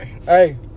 Hey